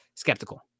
skeptical